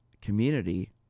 community